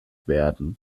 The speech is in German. werden